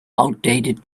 outdated